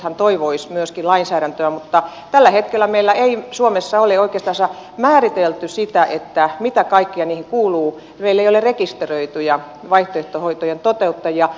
vaihtoehtohoitojärjestöthän toivoisivat myöskin lainsäädäntöä mutta tällä hetkellä meillä ei suomessa ole oikeastaan määritelty sitä mitä kaikkea niihin kuuluu meillä ei ole rekisteröityjä vaihtoehtohoitojen toteuttajia